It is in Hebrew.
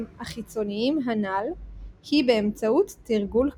החיצוניים הנ"ל היא באמצעות תרגול קשיבות.